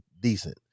decent